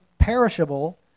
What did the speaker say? perishable